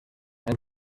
and